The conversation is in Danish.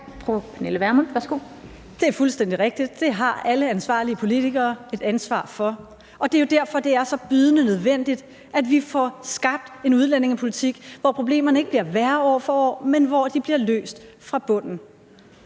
Det er fuldstændig rigtigt. Det har alle ansvarlige politikere et ansvar for, og det er jo derfor, det er så bydende nødvendigt, at vi får skabt en udlændingepolitik, hvor problemerne ikke bliver værre år for år, men hvor de bliver løst fra bunden.